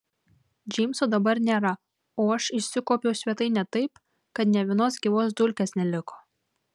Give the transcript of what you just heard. džeimso dabar nėra o aš išsikuopiau svetainę taip kad nė vienos gyvos dulkės neliko